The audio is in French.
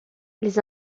les